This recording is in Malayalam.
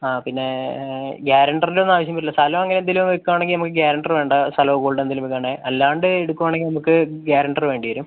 ആ പിന്നേ ഗ്യാരൻറ്റർൻ്റെ ഒന്നും ആവശ്യം വരില്ല സർ സ്ഥലമോ അങ്ങനെ എന്തേലും വെക്കുവാണെങ്കിൽ നമുക്ക് ഗ്യാരൻറ്റർ വേണ്ട സ്ഥലമോ ഗോൾഡോ എന്തേലും വെക്കുവാണേൽ അല്ലാണ്ട് എടക്കുവാണെങ്കിൽ നമുക്ക് ഗ്യാരൻറ്റർ വേണ്ടി വരും